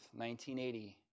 1980